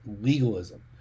legalism